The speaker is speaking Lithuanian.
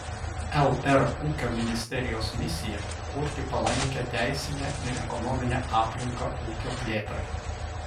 lr ūkio ministerijos misija kurti palankią teisinę ir ekonominę aplinką ūkio plėtrai